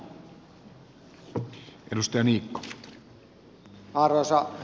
arvoisa herra puhemies